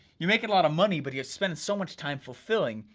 you're making a lot of money, but you're spending so much time fulfilling.